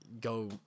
go